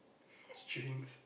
drinks